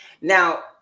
Now